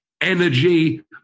energy